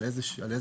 על איזה מחקר,